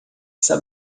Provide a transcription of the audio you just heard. essa